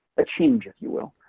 a change if you will.